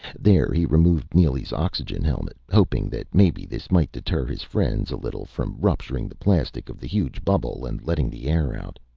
there he removed neely's oxygen helmet, hoping that, maybe, this might deter his friends a little from rupturing the plastic of the huge bubble and letting the air out.